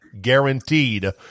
guaranteed